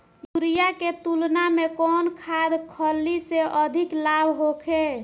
Urea के तुलना में कौन खाध खल्ली से अधिक लाभ होखे?